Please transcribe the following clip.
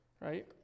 Right